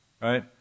right